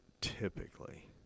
typically